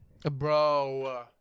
Bro